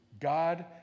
God